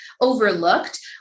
overlooked